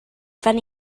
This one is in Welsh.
phen